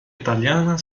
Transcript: italiana